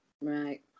right